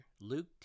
Luke